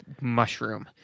mushroom